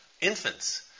Infants